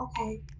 okay